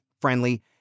friendly